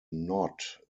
not